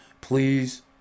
please